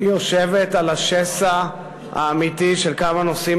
יושבת על השסע האמיתי של כמה נושאים